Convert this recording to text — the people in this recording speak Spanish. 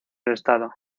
estado